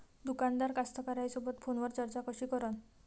दुकानदार कास्तकाराइसोबत फोनवर चर्चा कशी करन?